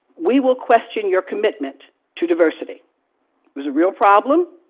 we will question your commitment to diversity. it was a real problem.